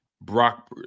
Brock